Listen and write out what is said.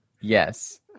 yes